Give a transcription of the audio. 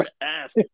ass